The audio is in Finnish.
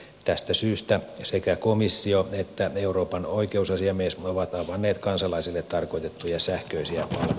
tästä syystä sekä komissio että euroopan oikeusasiamies ovat avanneet kansalaisille tarkoitettuja sähköisiä palveluja